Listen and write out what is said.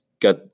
got